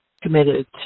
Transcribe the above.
committed